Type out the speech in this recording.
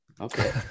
Okay